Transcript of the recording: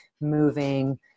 moving